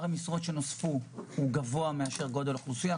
המשרות שנוספו גבוה יותר מהגידול באוכלוסייה.